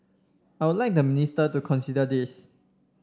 I'll like the minister to consider this